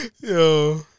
Yo